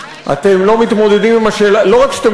אתם לא מתמודדים עם השאלה לא רק שאתם